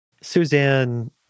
Suzanne